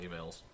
emails